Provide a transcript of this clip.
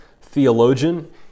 theologian